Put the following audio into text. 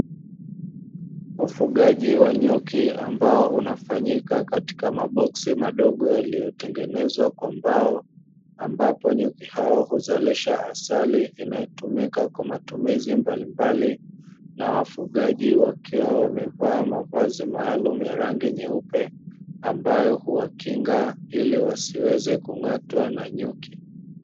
Ufugaji wa nyuki ambao unafanyika katika maboksi madogo yaliyotengenezwa kwa mbao, ambapo nyuki hao huzalisha asali inayotumika kwa matumizi mbalimbali, na wafugaji wakiwa wamevaa mavazi maalumu ya rangi nyeupe ambayo huwakinga ili wasiweze kung’atwa na nyuki.